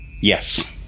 Yes